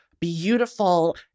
Beautiful